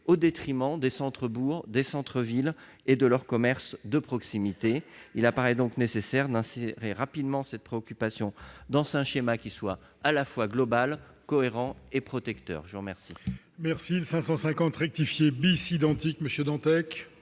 au détriment des centres-bourgs, des centres-villes et de leurs commerces de proximité. Il apparaît donc nécessaire d'insérer rapidement cette préoccupation dans un schéma qui soit à la fois global, cohérent et protecteur. La parole